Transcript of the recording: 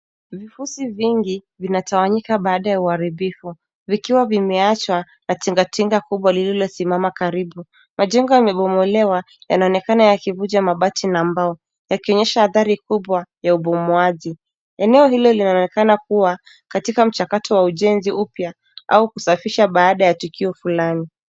Virusi vingi vinatawanyika baada ya uharibifu vikiwa vimeachwa na tingatinga lililo simama karibu. Majengo yamebomolewa yanaonekana yakivuja na mabati na mbao yakionyesha athari kubwa ya ubomoaji. Eneo hilo linaonekana kuwa katika mchakato wa ujenzi upya au kusafisha baada ya tukio fulani.